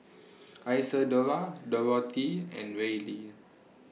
Isadora Dorothea and Reilly